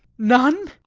none?